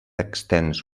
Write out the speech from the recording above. extens